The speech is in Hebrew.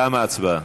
תמה ההצבעה,